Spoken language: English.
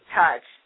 touch